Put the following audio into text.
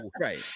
right